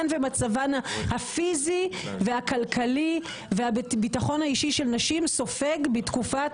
ומצבן הפיזי והכלכלי והביטחון האישי של נשים סופג בתקופת